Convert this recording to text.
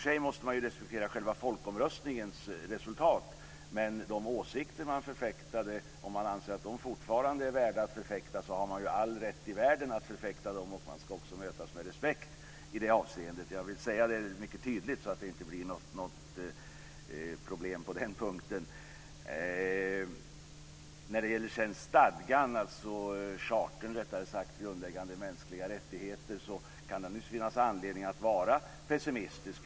Man måste i och för sig respektera folkomröstningens resultat, men man har all rätt i världen att förfäkta de åsikter man förfäktade om man anser att de fortfarande är värda att förfäkta. Man ska också mötas med respekt i det avseendet. Jag vill säga det mycket tydligt, så att det inte blir något problem på den punkten. När det sedan gäller deklarationen om grundläggande mänskliga rättigheter kan det naturligtvis finnas anledning att vara pessimistisk.